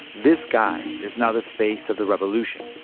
this guy is now the face of the revolution.